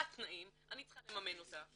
אני צריכה לממן אותה,